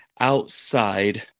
outside